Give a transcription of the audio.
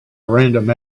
random